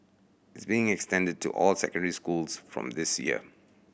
it's being extended to all secondary schools from this year